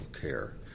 care